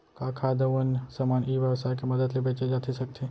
का खाद्य अऊ अन्य समान ई व्यवसाय के मदद ले बेचे जाथे सकथे?